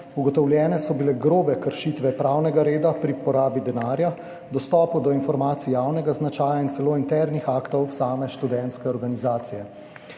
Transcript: ugotovljene so bile tudi grobe kršitve pravnega reda pri porabi denarja, dostopu do informacij javnega značaja in celo internih aktov same študentske organizacije.